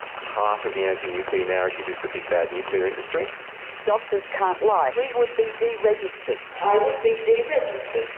part of the anti-nuclear narrative is the big, bad, nuclear industry doctors can't lie. we would be deregistered. i would be deregistered.